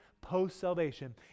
post-salvation